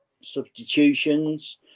substitutions